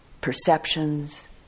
perceptions